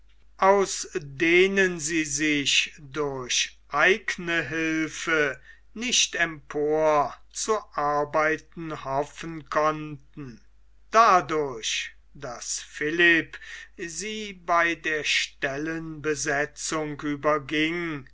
aus denen sie sich durch eigne hilfe nicht mehr emporzuarbeiten hoffen konnten dadurch daß philipp sie bei der stellenbesetzung überging